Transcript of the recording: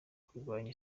kurwanya